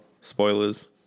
Spoilers